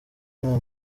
nta